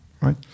right